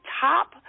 top